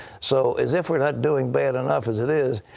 so as if were not doing bad enough as it is,